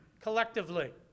collectively